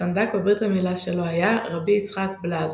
הסנדק בברית המילה שלו היה רבי יצחק בלאזר.